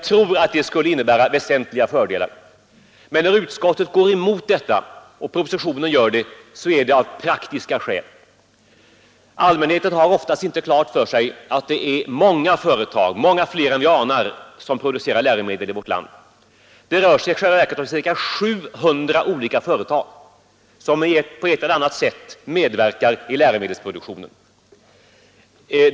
Bakgrunden till att vi i utskottet och regeringen i propositionen emellertid går emot detta är praktiska överväganden. Allmänheten har oftast inte klart för sig hur många företag det är som Nr 100 producerar läromedel i vårt land. Det rör sig i själva verket om ca 700 Fredagen den olika företag som på ett eller annat sätt medverkar i läromedelsproduk 25 maj 1973 tionen.